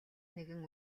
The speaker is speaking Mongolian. нэгэн